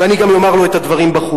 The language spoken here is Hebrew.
ואני גם אומַר לו את הדברים בחוץ.